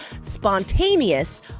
spontaneous